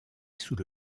sous